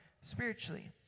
spiritually